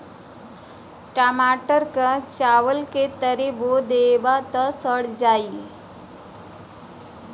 टमाटर क चावल के तरे बो देबा त सड़ जाई